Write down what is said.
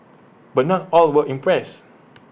but not all were impressed